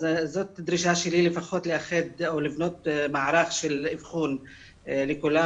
אז זאת דרישה שלי לפחות לאחד או לבנות מערך אבחון לכולם,